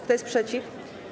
Kto jest przeciw?